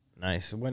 Nice